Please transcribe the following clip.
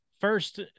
first